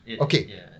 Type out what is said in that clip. okay